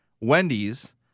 Wendy's